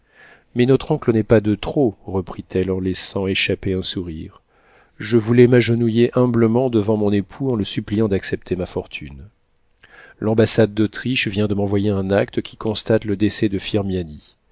mais notre oncle n'est pas de trop reprit-elle en laissant échapper un sourire je voulais m'agenouiller humblement devant mon époux en le suppliant d'accepter ma fortune l'ambassade d'autriche vient de m'envoyer un acte qui constate le décès de